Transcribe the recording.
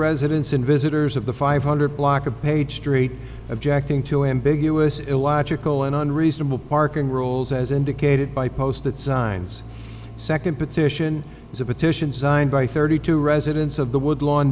residents and visitors of the five hundred block of page street objecting to ambiguous illogical and unreasonable parking rules as indicated by posted signs second petition is a petition signed by thirty two residents of the woodlawn